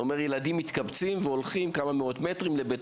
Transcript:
זה אומר ילדים מתקבצים והולכים כמה מאות מטרים לבית